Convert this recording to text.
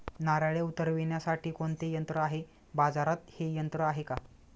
नारळे उतरविण्यासाठी कोणते यंत्र आहे? बाजारात हे यंत्र आहे का?